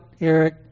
Eric